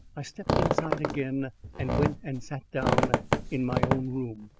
i stepped inside again and went and sat down in my own room.